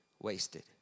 wasted